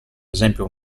esempio